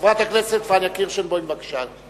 חברת הכנסת פניה קירשנבאום, בבקשה.